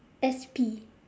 S_P